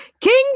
King